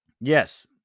Yes